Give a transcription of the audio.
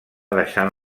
deixant